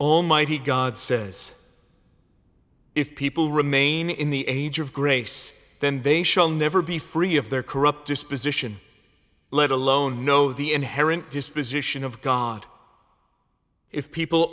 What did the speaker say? almighty god says if people remain in the age of grace then they shall never be free of their corrupt disposition let alone know the inherent disposition of god if people